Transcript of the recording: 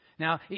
Now